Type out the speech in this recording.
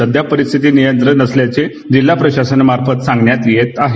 सध्या परिस्थिति नियंत्रणात असल्याचे झिला प्रशासनामार्फत सांगण्यात येत आहे